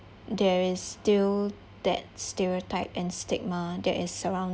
there is still that stereotype and stigma that is surrounding